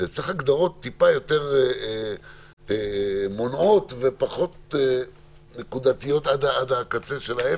הגדרות טיפה יותר מונעות ופחות נקודתיות עד הקצה של האפס,